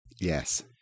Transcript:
yes